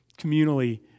communally